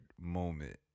moment